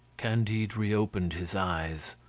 candide reopened his eyes.